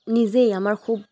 নিজেই আমাৰ খুব